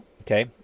Okay